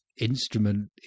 instrument